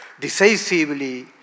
decisively